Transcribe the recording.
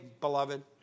beloved